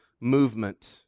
movement